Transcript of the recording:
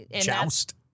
Joust